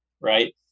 right